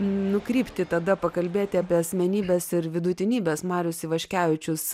nukrypti tada pakalbėti apie asmenybes ir vidutinybes marius ivaškevičius